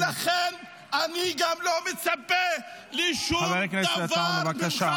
ולכן, אני גם לא מצפה לשום דבר ממך.